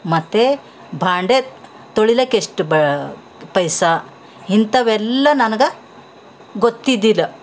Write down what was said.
ಮತ್ತು ಭಾಂಡೆ ತೊಳಿಲಿಕ್ಕ ಎಷ್ಟು ಬ ಪೈಸ ಇಂತವೆಲ್ಲಾ ನನಗೆ ಗೊತ್ತಿದಿಲ್ಲ